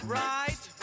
right